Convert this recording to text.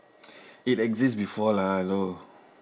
it exist before lah hello